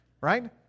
right